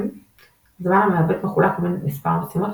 אינטראקטיבייםזמן המעבד מחולק בין מספר משימות,